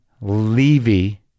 Levy